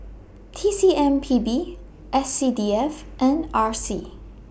T C M P B S C D F and R C